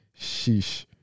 sheesh